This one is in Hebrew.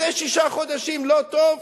אחרי שישה חודשים, לא טוב?